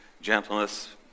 gentleness